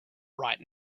right